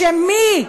בשם מי?